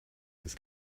this